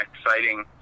exciting